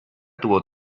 tuvo